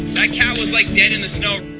that cat was like, dead in the snow.